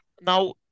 Now